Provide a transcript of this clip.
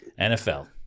NFL